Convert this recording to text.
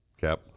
Cap